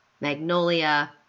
magnolia